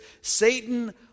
Satan